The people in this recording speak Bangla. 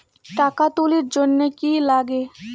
টাকা তুলির জন্যে কি লাগে?